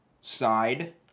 side